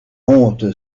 honte